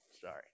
Sorry